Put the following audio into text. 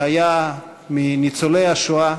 שהיה מניצולי השואה